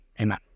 Amen